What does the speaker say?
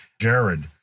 Jared